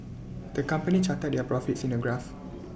the company charted their profits in A graph